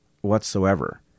whatsoever